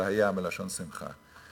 "והיה" מלשון שמחה.